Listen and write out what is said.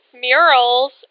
murals